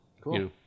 Cool